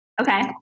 Okay